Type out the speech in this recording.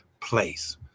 place